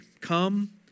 come